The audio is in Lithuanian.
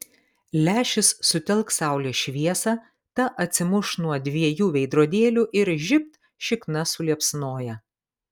lęšis sutelks saulės šviesą ta atsimuš nuo dviejų veidrodėlių ir žibt šikna suliepsnoja